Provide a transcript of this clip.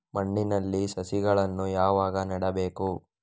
ಮಣ್ಣಿನಲ್ಲಿ ಸಸಿಗಳನ್ನು ಯಾವಾಗ ನೆಡಬೇಕು?